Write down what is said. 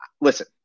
Listen